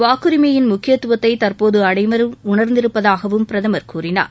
வாக்குரிமையின் முக்கியத்துவத்தை தற்போது அனைவரும் உணர்ந்திருப்பதாகவும் பிரதமர் கூறினார்